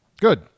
Good